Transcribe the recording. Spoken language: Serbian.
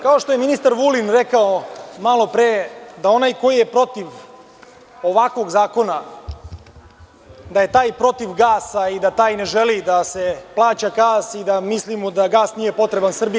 Kao što je ministar Vulin rekao malopre da onaj ko je protiv ovakvog zakona, da je taj protiv gasa i da taj ne želi da se plaća gas i da mislimo da gas nije potreban Srbiji.